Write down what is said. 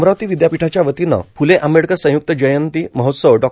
अमरावती विद्यापीठाच्यावतीन फ्ले आंबेडकर संय्क्त जयंती महोत्सव डॉ